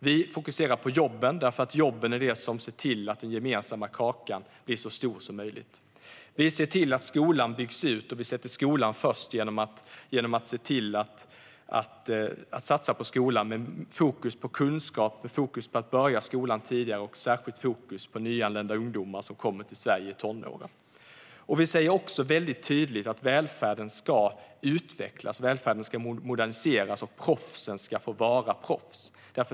Vi fokuserar på jobben, för jobben är det som ser till att den gemensamma kakan blir så stor som möjligt. Vi ser till att skolan byggs ut, och vi sätter skolan främst genom att satsa på skolan med fokus på kunskap, med fokus på att börja skolan tidigare och med särskilt fokus på nyanlända ungdomar som kommer till Sverige i tonåren. Vi säger också väldigt tydligt att välfärden ska utvecklas och moderniseras. Proffsen ska få vara proffs.